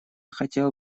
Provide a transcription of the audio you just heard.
хотел